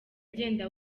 agenda